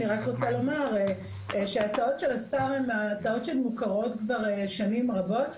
אני רק רוצה לומר שההצעות של השר הן הצעות שמוכרות כבר שנים רבות.